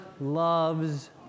loves